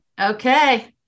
Okay